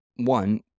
One